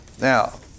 Now